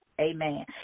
Amen